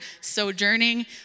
sojourning